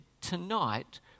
tonight